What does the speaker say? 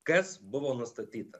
kas buvo nustatyta